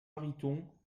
mariton